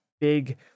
big